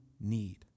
need